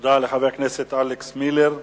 תודה לחבר הכנסת אלכס מילר.